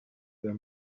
their